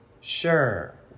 Sure